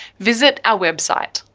visit our website.